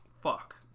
fuck